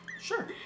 Sure